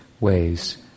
ways